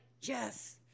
Yes